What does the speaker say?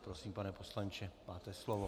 Prosím, pane poslanče, máte slovo.